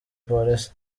police